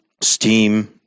steam